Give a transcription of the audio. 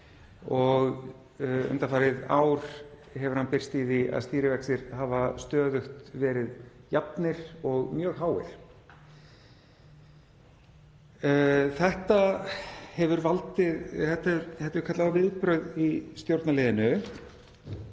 og undanfarið ár hefur hann birst í því að stýrivextir hafa stöðugt verið jafnir og mjög háir. Þetta hefur kallað á viðbrögð í stjórnarliðinu,